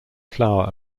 flower